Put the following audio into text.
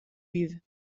juive